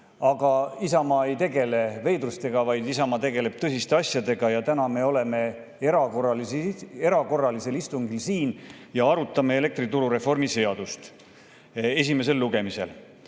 Aga Isamaa ei tegele veidrustega, Isamaa tegeleb tõsiste asjadega. Täna me oleme siin erakorralisel istungil ja arutame elektrituru reformi seadust esimesel lugemisel.